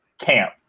camp